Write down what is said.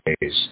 days